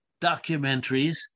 documentaries